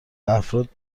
افراد